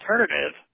alternative